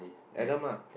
Adam lah